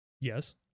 Yes